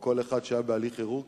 או כל אחד שהיה בהליך ערעור,